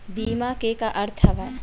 बीमा के का अर्थ हवय?